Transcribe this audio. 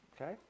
Okay